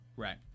Right